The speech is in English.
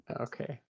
Okay